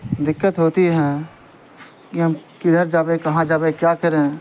دقت ہوتی ہیں کہ ہم کدھر جاوے کہاں جاوے کیا کریں